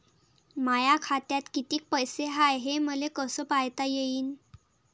माया खात्यात कितीक पैसे हाय, हे मले कस पायता येईन?